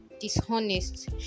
dishonest